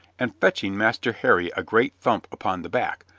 and fetching master harry a great thump upon the back,